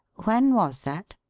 when was that?